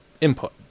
input